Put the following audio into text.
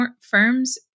firms